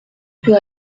peut